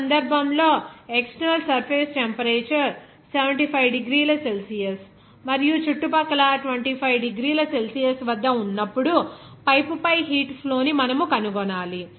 ఈ సందర్భంలో external surface temperature 75 డిగ్రీల సెల్సియస్ మరియు చుట్టుపక్కల 25 డిగ్రీల సెల్సియస్ వద్ద ఉన్నప్పుడు పైపు పై హీట్ ఫ్లో ని మనము కనుగొనాలి